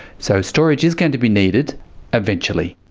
so storage is going to be needed eventually.